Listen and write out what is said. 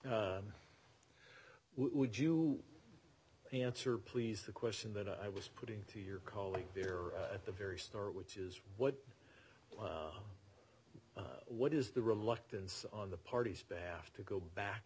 would you answer please the question that i was putting to your colleague here at the very store which is what what is the reluctance of the parties baff to go back